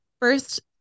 first